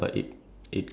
ya